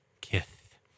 Kith